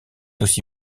aussi